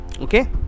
Okay